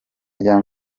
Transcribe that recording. rya